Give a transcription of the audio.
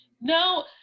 No